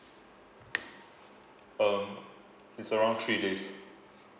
uh it's around three days